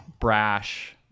brash